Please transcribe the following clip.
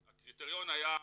הקריטריון היה ,